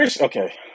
Okay